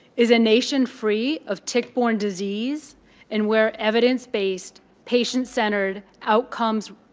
is a nation free of tick-borne disease and where evidence-based patient-centered outcomes